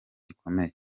gikomeye